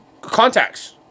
contacts